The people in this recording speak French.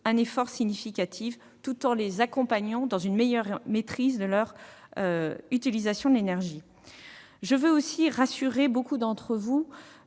un effort significatif, tout en accompagnant ces industriels dans une meilleure maîtrise de leur utilisation de l'énergie. Je veux aussi rassurer beaucoup d'entre vous